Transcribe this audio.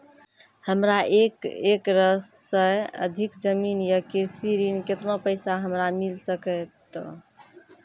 हमरा एक एकरऽ सऽ अधिक जमीन या कृषि ऋण केतना पैसा हमरा मिल सकत?